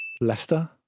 Leicester